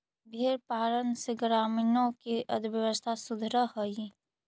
भेंड़ पालन से ग्रामीणों की अर्थव्यवस्था सुधरअ हई